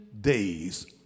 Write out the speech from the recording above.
days